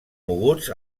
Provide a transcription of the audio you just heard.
moguts